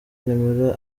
nimero